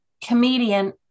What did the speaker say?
comedian